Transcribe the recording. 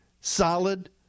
solid